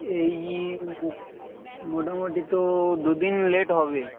এই মোটামুটি তো দু দিন লেট হবে